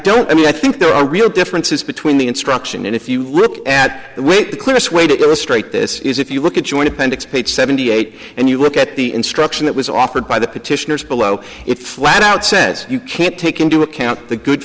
don't i mean i think there are real differences between the instruction and if you look at the way the clearest way to illustrate this is if you look at joint appendix page seventy eight and you look at the instruction that was offered by the petitioners below it flat out said you can't take into account the good